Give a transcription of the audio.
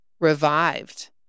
Revived